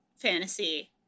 fantasy